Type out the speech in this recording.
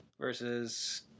versus